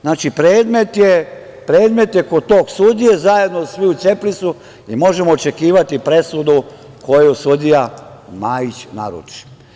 Znači, predmet je kod tog sudije, zajedno svi u CEPRIS-u i možemo očekivati presudu koju sudija Majić naruči.